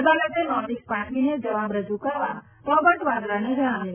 અદાલતે નોટીસ પાઠવીને જવાબ રજુ કરવા રોબર્ટ વાડરાને જણાવ્યું છે